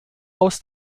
aus